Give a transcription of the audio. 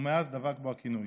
ומאז דבק בו הכינוי.